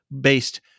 based